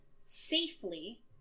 safely